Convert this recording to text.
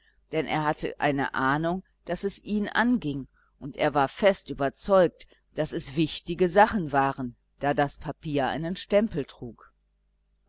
denn er hatte eine ahnung daß es ihn anging und er war fest überzeugt daß es wichtige sachen waren da das papier einen stempel trug